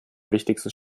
wichtigstes